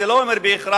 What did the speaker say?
זה לא אומר בהכרח